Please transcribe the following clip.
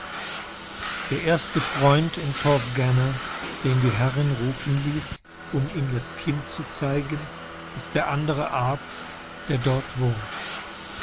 der erste freund in porthgenna den die herrin rufen läßt um ihm das kind zu zeigen ist der andere arzt der dort wohnt